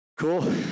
Cool